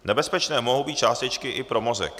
Nebezpečné mohou být částečky i pro mozek.